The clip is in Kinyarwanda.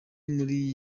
muri